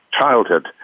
childhood